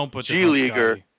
G-Leaguer